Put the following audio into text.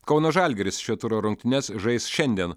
kauno žalgiris šio turo rungtynes žais šiandien